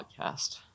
podcast